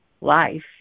life